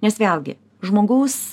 nes vėlgi žmogaus